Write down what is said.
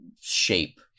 shape